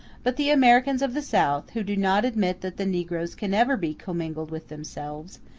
but the americans of the south, who do not admit that the negroes can ever be commingled with themselves,